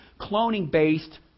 cloning-based